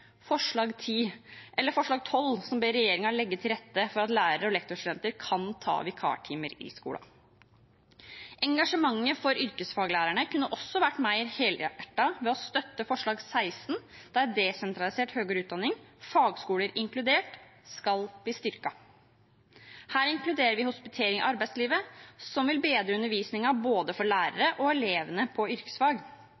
forslag nr. 12, som ber regjeringen legge til rette for at flere lærer- og lektorstudenter kan ta vikartimer i skolen. Engasjementet for yrkesfaglærerne kunne også vært mer helhjertet ved at man støttet forslag nr. 16, om å styrke desentralisert høyere utdanning, inkludert fagskoler. Her inkluderer vi hospitering i arbeidslivet, som vil bedre undervisningen både for lærere